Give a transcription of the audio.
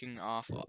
off